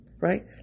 right